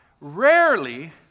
rarely